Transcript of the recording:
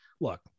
look